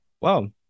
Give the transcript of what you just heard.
wow